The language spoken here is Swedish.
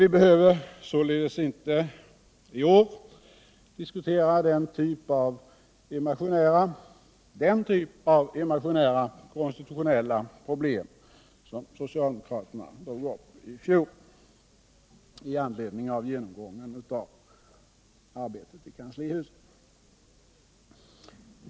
Vi behöver således i år inte diskutera den typ av imaginära konstitutionella problem som socialdemokraterna drog upp i fjol i samband med genomgången av arbetet i kanslihuset.